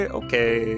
okay